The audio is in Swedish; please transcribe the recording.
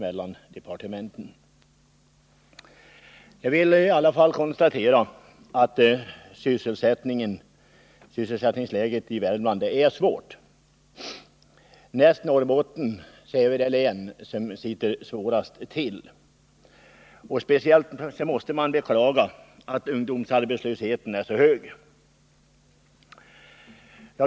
121 Jag vill konstatera att sysselsättningsläget i Värmland är svårt. Näst Norrbotten är Värmland det län som sitter svårast till. Speciellt måste man beklaga att ungdomsarbetslösheten är så hög.